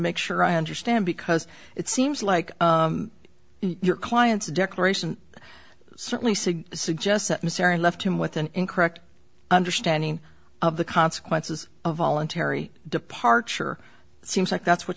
make sure i understand because it seems like your client's declaration certainly suggests that i'm sorry left him with an incorrect understanding of the consequences of voluntary departure seems like that's what